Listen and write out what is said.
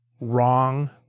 wrong